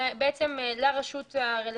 לרשות הרלוונטית,